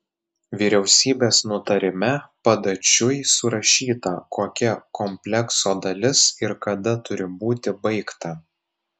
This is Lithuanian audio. vyriausybės nutarime padačiui surašyta kokia komplekso dalis ir kada turi būti baigta